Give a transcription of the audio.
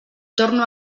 torno